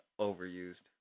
overused